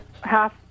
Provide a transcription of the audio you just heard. half